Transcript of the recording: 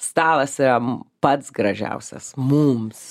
stalas yra pats gražiausias mums